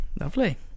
lovely